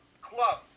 club